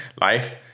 life